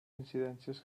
incidències